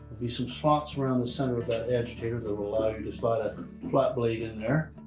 be some slots around the center of that agitator that will allow you to slide that flat blade in there.